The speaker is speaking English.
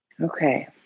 Okay